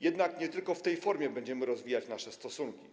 Jednak nie tylko w tej formie będziemy rozwijać nasze stosunki.